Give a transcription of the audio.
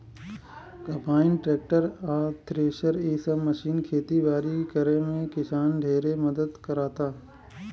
combine, tractor आ thresher इ सब मशीन खेती बारी करे में किसान ढेरे मदद कराता